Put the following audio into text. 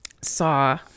saw